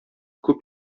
күп